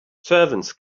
servants